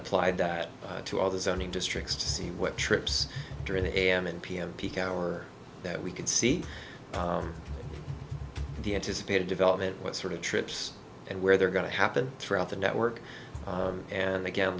applied that to all the zoning districts to see what trips during the am and pm peak hour that we can see the anticipated development what sort of trips and where they're going to happen throughout the network and again